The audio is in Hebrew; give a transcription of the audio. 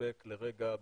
לרגע בחשיבות,